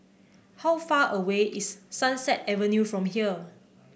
how far away is Sunset Avenue from here